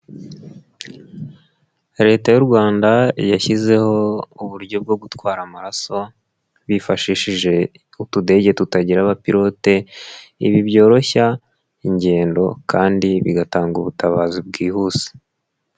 Leta y'u Rwanda yashyizeho uburyo bwo gutwara amaraso, bifashishije utudege tutagira abapilote, ibi byoroshya ingendo kandi bigatanga ubutabazi bwihuse.